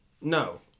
no